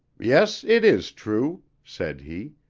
yes, it is true, said he,